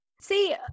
See